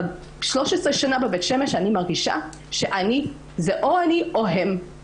13 שנים בבית שמש אני מרגישה שזה או אני או הם.